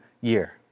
year